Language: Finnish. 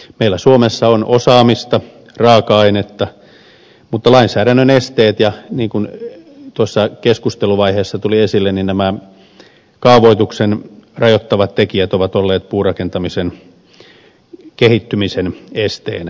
meillä suomessa on osaamista raaka ainetta mutta lainsäädännön esteet ja niin kuin tuossa keskusteluvaiheessa tuli esille nämä kaavoituksen rajoittavat tekijät ovat olleet puurakentamisen kehittymisen esteinä